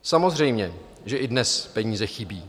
Samozřejmě, že i dnes peníze chybí.